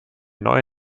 neue